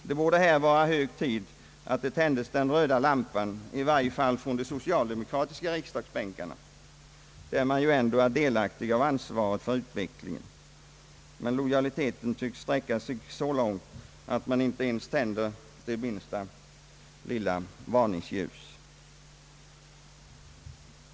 Det borde vara hög tid att den röda lampan tändes, i varje fall från de socialdemokratiska riksdagsbänkarna, där man ju ändå är delaktig i ansvaret för utvecklingen. Men lojaliteten tycks sträcka sig så långt att man inte ens tänder det minsta lilla varningsljus.